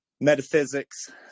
metaphysics